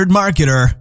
marketer